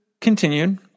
continued